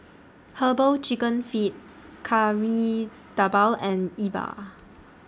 Herbal Chicken Feet Kari Debal and Yi Bua